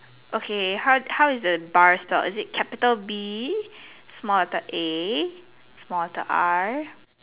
okay how is how is the bar spelled is capital B small letter a small letter R